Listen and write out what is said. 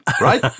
Right